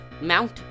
Mount